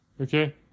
okay